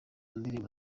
ndirimbo